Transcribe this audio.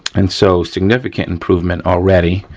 and so, significant improvement already.